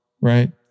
right